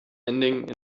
ending